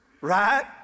Right